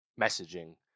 messaging